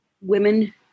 women